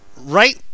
right